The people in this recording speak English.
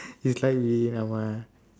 it's like we